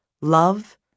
Love